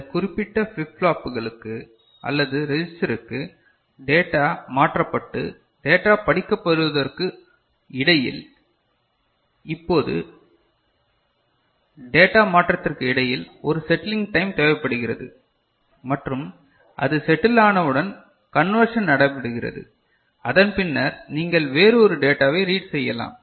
இந்த குறிப்பிட்ட ஃபிளிப் ஃப்ளாப்புகளுக்கு அல்லது ரெஜிஸ்டருக்கு டேட்டா மாற்றப்பட்டு டேட்டா படிக்கப்படுவதற்கு இடையில் இப்போது டேட்டா மாற்றத்திற்கு இடையில் ஒரு செட்டிலிங் டைம் தேவைப்படுகிறது மற்றும் அது செட்டில் ஆனவுடன் கன்வெர்ஷன் நடைபெறுகிறது அதன் பின்னர் நீங்கள் வேறு ஒரு டேட்டாவை ரீட் செய்யலாம்